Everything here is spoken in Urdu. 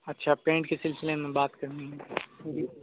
اچھا پینٹ کے سلسلے میں بات کرنی ہے جی